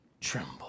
tremble